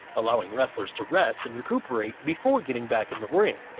allowing wrestlers to rest and recuperate before getting back in the ring.